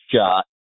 shot